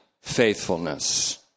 faithfulness